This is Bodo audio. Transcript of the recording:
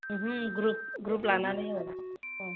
ओमहो ग्रुप ग्रुप लानानै औ अ